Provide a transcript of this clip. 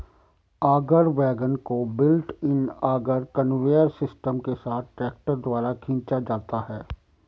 auger wagon को built in auger conveyor system के साथ ट्रैक्टर द्वारा खींचा जाता है